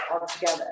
altogether